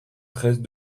treize